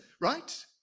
right